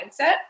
mindset